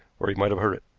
or he might have heard it.